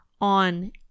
on